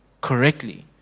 correctly